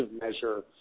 measure